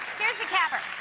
here's the grabber.